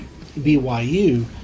BYU